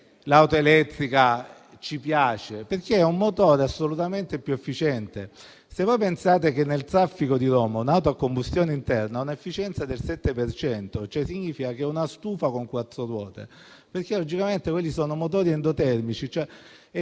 l'auto elettrica piace, ma perché ha un motore assolutamente più efficiente. Basti pensare che nel traffico di Roma un'auto a combustione interna ha un'efficienza del 7 per cento - ciò significa che è una stufa con quattro ruote, perché si tratta di motore endotermico, e